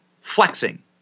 flexing